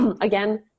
Again